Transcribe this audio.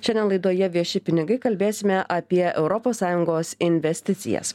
šiandien laidoje vieši pinigai kalbėsime apie europos sąjungos investicijas